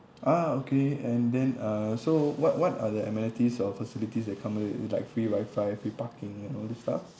ah okay and then uh so what what are the amenities or facilities that come with with like free wifi free parking and all this stuff